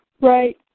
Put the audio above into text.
Right